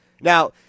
Now